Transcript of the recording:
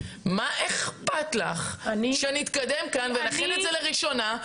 מה אכפת לך שנתקדם כאן ונכין את זה לראשונה,